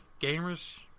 gamers